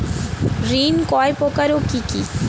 ঋণ কয় প্রকার ও কি কি?